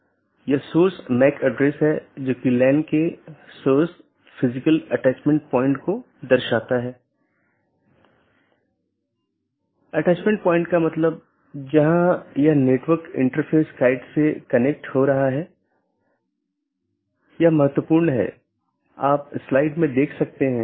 autonomous system के अंदर OSPF और RIP नामक प्रोटोकॉल होते हैं क्योंकि प्रत्येक ऑटॉनमस सिस्टम को एक एडमिनिस्ट्रेटर कंट्रोल करता है इसलिए यह प्रोटोकॉल चुनने के लिए स्वतंत्र होता है कि कौन सा प्रोटोकॉल उपयोग करना है